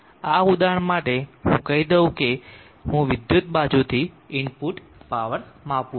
આ ઉદાહરણ માટે હું કહી દઉં કે હું વિદ્યુત બાજુથી ઇનપુટ પાવર માપું છું